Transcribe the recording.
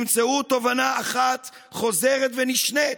תמצאו תובנה אחת חוזרת ונשנית: